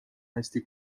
hästi